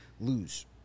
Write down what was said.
lose